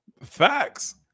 facts